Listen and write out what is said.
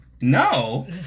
No